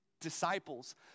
disciples